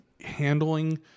handling